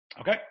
Okay